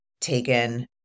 taken